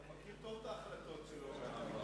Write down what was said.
אתה מכיר טוב את ההחלטות שלו מהעבר.